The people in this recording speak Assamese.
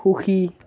সুখী